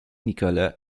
nicolas